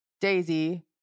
Daisy